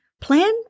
Plan